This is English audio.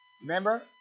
Remember